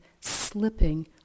slipping